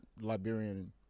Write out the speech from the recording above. Liberian